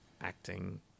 acting